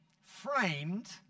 framed